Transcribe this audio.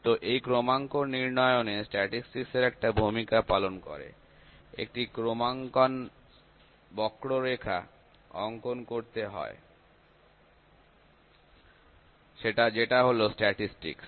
তো এই ক্রমাঙ্ক নির্ণয়নে স্ট্যাটিসটিকস একটা ভূমিকা পালন করে একটি ক্রমাঙ্কন বক্ররেখা অংকন করতে হয় যেটা হলো স্ট্যাটিসটিকস